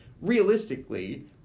Realistically